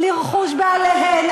לרכוש בעליהן.